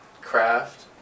Craft